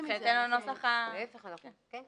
יש אפשרות להגיד